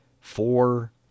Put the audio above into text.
Four